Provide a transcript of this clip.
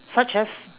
such as